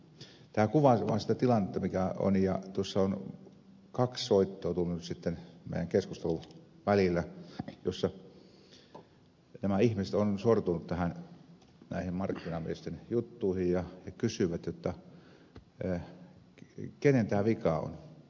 tämä kuvaa vaan sitä tilannetta mikä on ja tuossa on meidän keskustelun aikana tullut kaksi soittoa joissa nämä ihmiset ovat sortuneet näihin markkinamiesten juttuihin ja kysyvät kenen tämä vika on